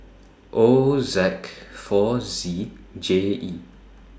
O four Z J E